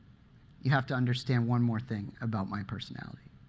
you have to understand one more thing about my personality.